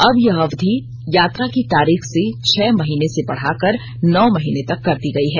अब यह अवधि यात्रा की तारीख से छह महीने से बढ़ाकर नौ महीने तक कर दी गयी है